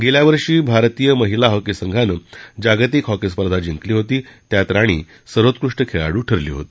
गेल्या वर्षी भारतीय महिला हॉकी संघानं जागतिक हॉकी स्पर्धा जिंकली होती त्यात राणी सर्वोत्कृष्ठ खेळाडू ठरली होता